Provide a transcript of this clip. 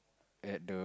at the